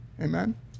Amen